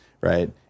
right